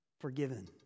forgiven